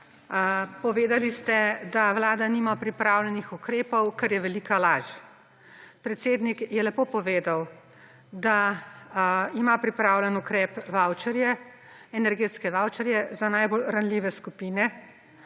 Povedali ste, da Vlada nima pripravljenih ukrepov, kar je velika laž. Predsednik je lepo povedal, da ima pripravljen ukrep, vavčarje, energetske vavčarje za najbolj ranljive skupine.